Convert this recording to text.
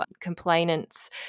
complainants